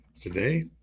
today